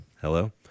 Hello